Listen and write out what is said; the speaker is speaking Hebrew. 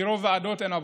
מרוב ועדות אין עבודה.